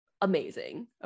amazing